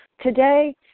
today